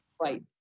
Right